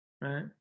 right